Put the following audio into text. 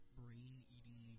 brain-eating